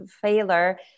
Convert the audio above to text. failure